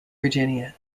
virginia